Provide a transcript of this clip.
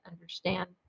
understand